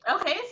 Okay